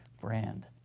brand